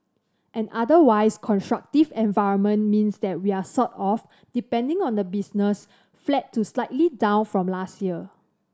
an otherwise constructive environment means that we're sort of depending on the business flat to slightly down from last year